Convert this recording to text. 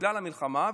בגלל המלחמה,